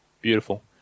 Beautiful